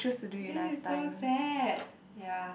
this is so sad ya